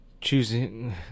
Choosing